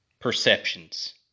perceptions